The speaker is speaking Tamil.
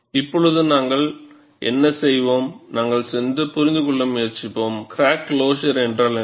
இப்போது நாங்கள் என்ன செய்வோம் நாங்கள் சென்று புரிந்துகொள்ள முயற்சிப்போம் கிராக் க்ளொசர் என்றால் என்ன